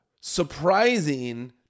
Surprising